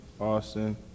Austin